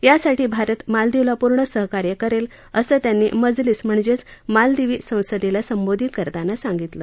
यासाठी भारत मालदिवला पूर्ण सहकार्य करेल असं त्यांनी मजलीस म्हणजेच मालदिवी संसदेला संबोधित करताना सांगितलं